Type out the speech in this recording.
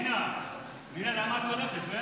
פנינה, למה את הולכת?